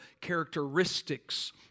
characteristics